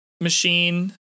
machine